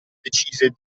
decise